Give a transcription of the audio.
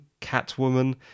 Catwoman